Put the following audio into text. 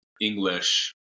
english